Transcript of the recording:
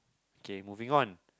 K moving on